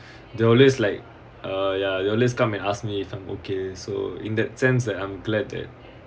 they always like uh ya you always come and ask me if I'm okay so in that sense that I'm glad that